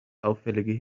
auffällige